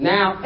Now